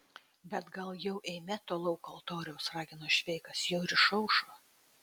bet gal jau eime to lauko altoriaus ragino šveikas jau ir išaušo